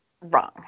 wrong